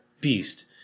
beast